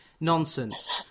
Nonsense